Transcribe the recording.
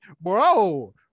bro